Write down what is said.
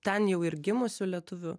ten jau ir gimusių lietuvių